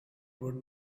would